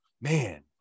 man